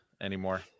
anymore